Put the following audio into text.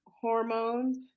hormones